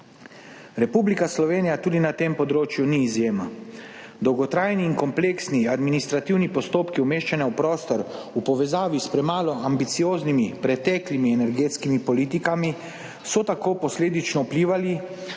Republika Slovenija tudi na tem področju ni izjema. Dolgotrajni in kompleksni administrativni postopki umeščanja v prostor so v povezavi s premalo ambicioznimi preteklimi energetskimi politikami tako posledično vplivali